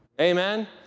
Amen